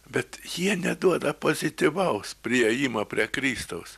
bet jie neduoda pozityvaus priėjimo prie kristaus